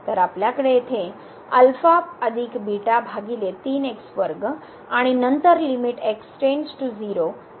तर आपल्याकडे येथे भागिले आणि नंतर लीमिट x → 0